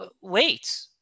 wait